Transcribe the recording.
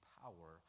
power